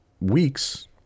weeks